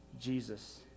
Jesus